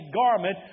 garment